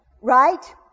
Right